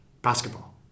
basketball